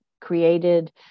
created